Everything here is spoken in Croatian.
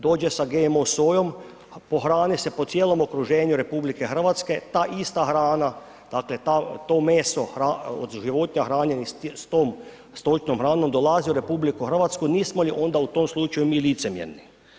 Dođe sa GMO sojom, pohrani se po cijelom okruženju RH, ta ista hrana, dakle to meso od životinja hranjenih s tom stočnom hranom dolazi u RH, nismo li onda u tom slučaju mi licemjerni?